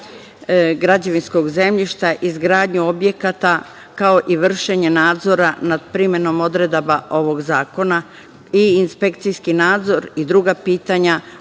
građevinskog zemljišta i izgradnju objekata, kao i vršenje nadzora nad primenom odredaba ovog zakona i inspekcijski nadzor i druga pitanja